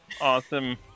awesome